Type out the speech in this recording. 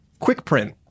QuickPrint